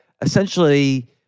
essentially